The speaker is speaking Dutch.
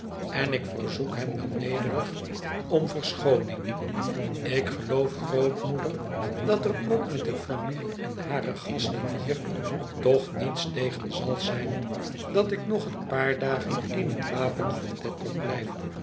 en ik verzoek hem wel nederig om verschooning ik geloof grootmoeder dat er ook met de familie en hare gasten hier toch niets tegen zal zijn dat ik nog een paar dagen in het wapen van dedlock blijf